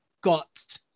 got